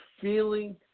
feeling